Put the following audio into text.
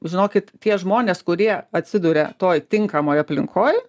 žinokit tie žmonės kurie atsiduria toj tinkamoje aplinkoje